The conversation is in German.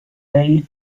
bay